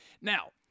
Now